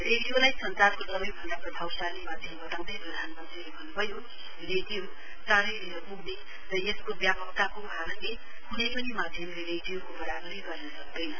रेडियोलाई संचारको सवैभन्दा प्रभावशाली माध्यम वताउँदै प्रधानमन्त्रीले भन्न्भयो रेडियो चाँरै तिर पुग्ने र यसको व्यापकताका कारणले क्नै पनि माध्यमले रेडियोको वरावरी गर्न सक्दैन